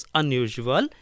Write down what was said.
unusual